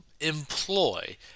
employ